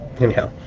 anyhow